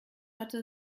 hatte